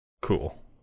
Cool